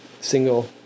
single